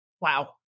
Wow